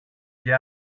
και